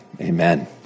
Amen